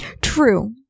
True